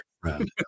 friend